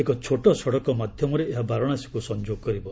ଏକ ଛୋଟ ସଡ଼କ ମାଧ୍ୟମରେ ଏହା ବାରାଣସୀକୁ ସଂଯୋଗ କରିବ